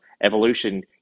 Evolution